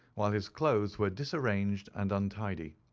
while his clothes were disarranged and untidy.